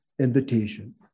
invitation